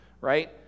right